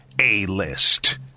A-List